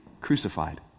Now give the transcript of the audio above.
crucified